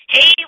Hey